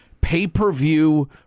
Pay-per-view